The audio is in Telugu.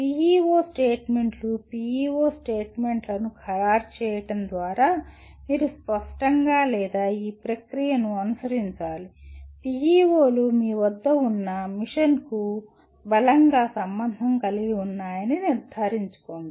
PEO స్టేట్మెంట్లు PEO స్టేట్మెంట్లను ఖరారు చేయడం ద్వారా మీరు స్పష్టంగా లేదా ఈ ప్రక్రియ ను అనుసరించాలి PEO లు మీ వద్ద ఉన్న మిషన్కు బలంగా సంబంధం కలిగి ఉన్నాయని నిర్ధారించుకోండి